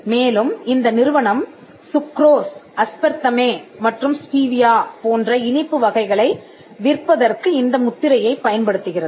மேலும் இந்த நிறுவனம் சுக்ரோஸ் அஸ்பர்தமே மற்றும் ஸ்டீவியா போன்ற இனிப்பு வகைகளை விற்பதற்கு இந்த முத்திரையைப் பயன்படுத்துகிறது